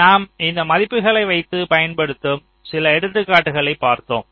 நாம் இந்த மதிப்புகளை வைத்து பயன்படுத்தும் சில எடுத்துக்காட்டுகளை பார்த்தோம்